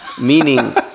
Meaning